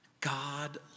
God